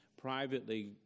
privately